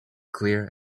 clear